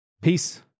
Peace